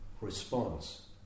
response